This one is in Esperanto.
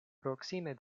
proksime